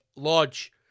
Lodge